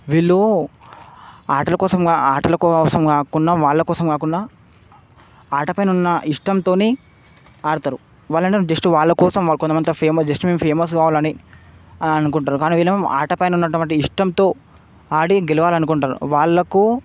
వీళ్లూ ఆటల కోసంగా ఆటల కోసం కాకుండా వాళ్ళ కోసం కాకుండా ఆటపైనున్న ఇష్టంతోని ఆడుతారు వాళ్ళలో జస్ట్ వాళ్ళకోసం వాళ్ళు కొంతమందితో ఫేమస్ జస్ట్ ఫేమస్ కావాలని ఆనుకుంటారు కానీ వీళ్ళేమో ఆటపైనున్నటువంటి ఇష్టంతో ఆడి గెలవాలనుకుంటారు వాళ్లకు